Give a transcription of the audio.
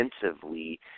defensively